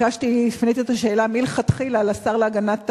הפניתי את השאלה מלכתחילה לשר להגנת